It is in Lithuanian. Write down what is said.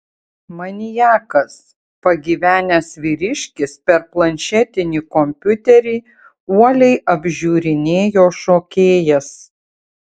maniakas pagyvenęs vyriškis per planšetinį kompiuterį uoliai apžiūrinėjo šokėjas